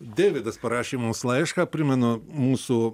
deividas parašė mums laišką primenu mūsų